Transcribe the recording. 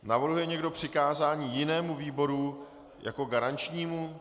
Navrhuje někdo přikázání jinému výboru jako garančnímu?